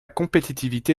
compétitivité